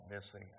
missing